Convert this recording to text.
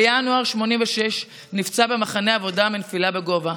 בינואר 1986 הוא נפצע במחנה עבודה מנפילה בגובה.